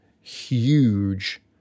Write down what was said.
huge